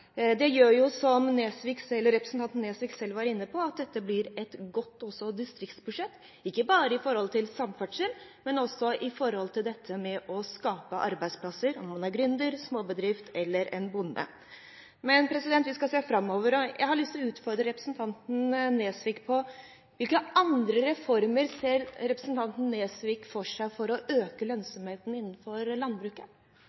Det gjør jo – som representanten Nesvik selv var inne på – at dette også blir et godt distriktsbudsjett, ikke bare når det gjelder samferdsel, men også når det gjelder dette med å skape arbeidsplasser – om man er gründer, har en småbedrift eller er bonde. Men vi skal se framover. Jeg har lyst til å utfordre representanten Nesvik på: Hvilke andre reformer ser han for seg for å øke